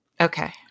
Okay